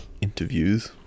interviews